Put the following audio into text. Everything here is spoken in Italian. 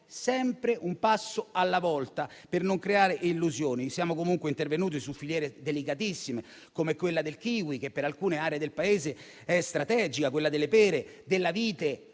sempre un passo alla volta per non creare illusioni. Siamo comunque intervenuti su filiere delicatissime, come quella del kiwi che per alcune aree del Paese è strategica, quella delle pere e ovviamente